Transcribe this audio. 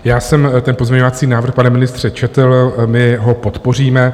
Já jsem ten pozměňovací návrh, pane ministře, četl, my ho podpoříme.